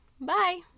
bye